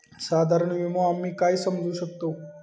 साधारण विमो आम्ही काय समजू शकतव?